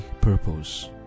Purpose